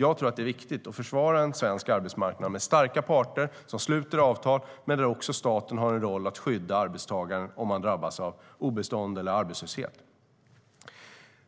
Jag tror att det är viktigt att försvara en svensk arbetsmarknad med starka parter som sluter avtal, men där staten också har en roll att skydda arbetstagarna om de kommer på obestånd eller drabbas av arbetslöshet.